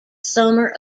summer